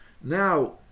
Now